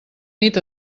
nit